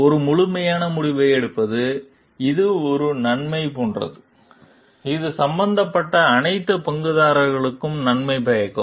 ஒரு முழுமையான முடிவை எடுப்பது இது ஒரு நன்மை போன்றது இது சம்பந்தப்பட்ட அனைத்து பங்குதாரர்களுக்கும் நன்மை பயக்கும்